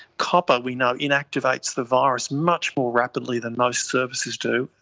copper we know inactivates the virus much more rapidly than most surfaces do,